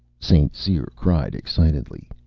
st. cyr cried excitedly.